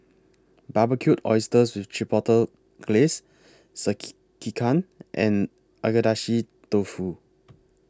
Barbecued Oysters with Chipotle Glaze Sekihan and Agedashi Dofu